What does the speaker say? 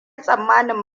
tsammanin